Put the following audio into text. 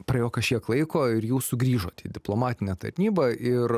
praėjo kažkiek laiko ir jūs sugrįžot į diplomatinę tarnybą ir